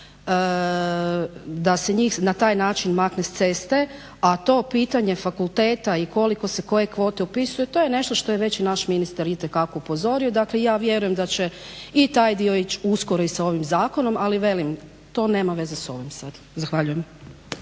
da se njih na taj način makne s ceste. A to pitanje fakulteta i koliko se koje kvote upisuju to je nešto što je već naš ministar itekako upozorio. Dakle, ja vjerujem da će i taj dio uskoro ići sa ovim zakonom ali velim to nema veze s ovim sada. Zahvaljujem.